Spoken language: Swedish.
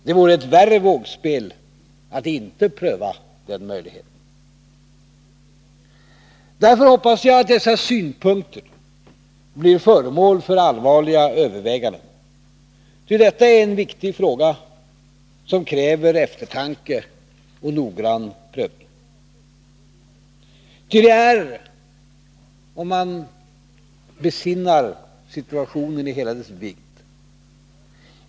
Det vore ett värre vågspel att inte pröva denna möjlighet. Jag hoppas därför att dessa synpunkter blir föremål för allvarliga överväganden. Ty detta är en viktig fråga som kräver eftertanke och noggrann prövning. Låt oss besinna oss och se situationen i hela dess vidd.